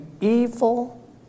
evil